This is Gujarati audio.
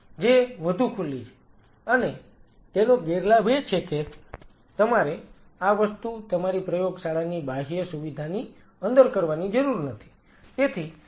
જે વધુ ખુલ્લી છે અને તેનો ગેરફાયદો એ છે કે તમારે આ વસ્તુ તમારી પ્રયોગશાળાની બાહ્ય સુવિધાની અંદર કરવાની જરૂર નથી